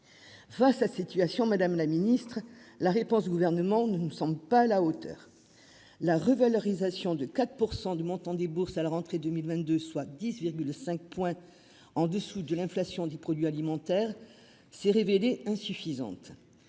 Face à situation Madame la Ministre la réponse du gouvernement, nous ne sommes pas à la hauteur. La revalorisation de 4% du montant des bourses à la rentrée 2022, soit 10,5 points en dessous de l'inflation des produits alimentaires s'est révélé insuffisante.